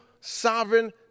sovereign